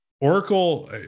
Oracle